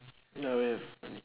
oh we have money